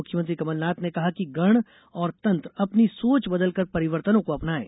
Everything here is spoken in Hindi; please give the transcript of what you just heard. मुख्यमंत्री कमलनाथ ने कहा कि गण और तंत्र अपनी सोच बदलकर परिवर्तनों को अपनाएं